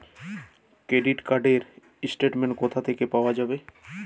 Credit card র statement কোথা থেকে পাওয়া যাবে?